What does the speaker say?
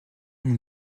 mon